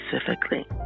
specifically